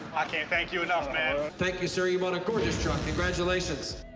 i can't thank you enough, man? thank you, sir, you won a gorgeous truck. congratulations.